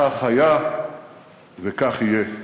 כך היה וכך יהיה.